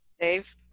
Dave